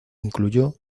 incluyó